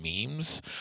memes